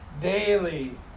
Daily